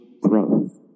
growth